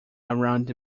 around